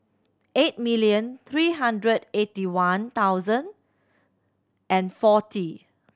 eight million three hundred eighty one thousand and forty